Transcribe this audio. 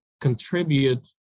contribute